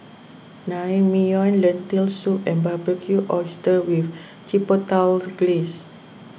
Naengmyeon Lentil Soup and Barbecued Oysters with Chipotle Glaze